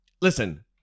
Listen